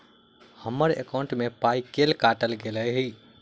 हम्मर एकॉउन्ट मे पाई केल काटल गेल एहि